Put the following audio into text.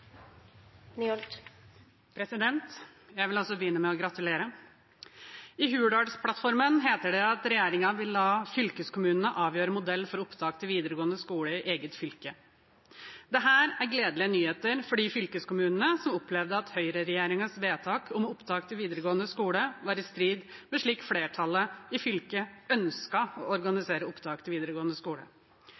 Jeg vil også begynne med å gratulere. I Hurdalsplattformen heter det at regjeringen vil la fylkeskommunene avgjøre modell for opptak til videregående skole i eget fylke. Dette er gledelige nyheter for de fylkeskommunene som opplevde at høyreregjeringens vedtak om opptak til videregående skole var i strid med slik flertallet i fylket ønsket å organisere opptak til videregående skole.